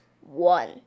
one